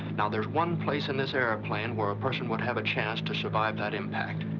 now, there's one place in this airplane. where a person would have a chance to survive that impact.